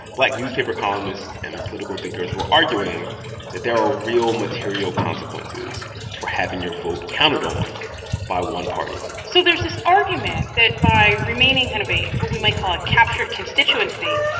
black newspaper columnists and political thinkers were arguing that there are real, material consequences for having your vote counted on by one party so there's this argument that by remaining kind of a what we might call a captured constituency,